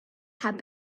have